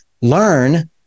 Learn